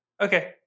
Okay